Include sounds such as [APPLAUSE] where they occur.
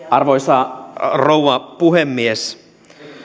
[UNINTELLIGIBLE] arvoisa rouva puhemies